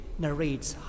narrates